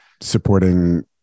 supporting